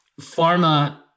pharma